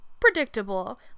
predictable